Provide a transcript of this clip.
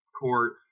court